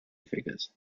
figures